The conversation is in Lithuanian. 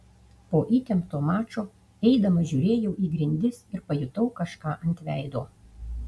po įtempto mačo eidamas žiūrėjau į grindis ir pajutau kažką ant veido